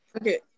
okay